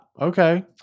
okay